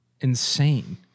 Insane